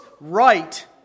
right